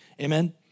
Amen